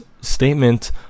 statement